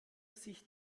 sicht